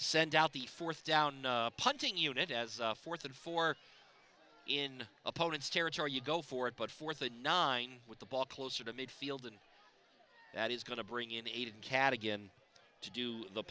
send out the fourth down punting unit as fourth and four in opponent's territory you go for it but for the nine with the ball closer to midfield and that is going to bring in eight cadigan to do the